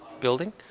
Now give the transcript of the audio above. building